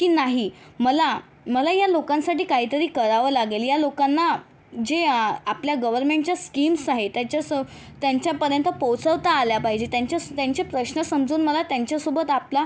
की नाही मला मला या लोकांसाठी काहीतरी करावं लागेल या लोकांना जे आपल्या गव्हर्मेंटच्या स्कीम्स आहेत त्यांच्यासो त्यांच्यापर्यंत पोचवता आल्या पाहिजे त्यांच्या त्यांचे प्रश्न समजून मला त्यांच्या सोबत आपला